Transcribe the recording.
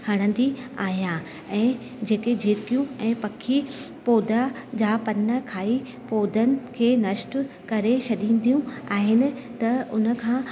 हणंदी आहियां ऐं जेके जेकियूं ऐं पखी पौधा जा पन खाई पौधनि खे नष्ट करे छॾींदियूं आहिनि त उनखां